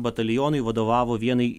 batalionui vadovavo vienai